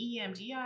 EMDR